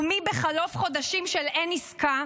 ומי בחלוף חודשים של אין עסקה,